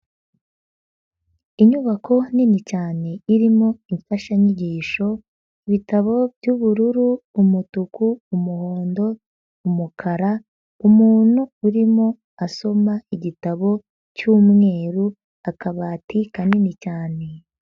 Inyubako nini cyane irimo imfashanyigisho, ibitabo by'ubururu, umutuku, umuhondo, umukara, umuntu urimo asoma igitabo cy'umweru, akabati kanini cyane.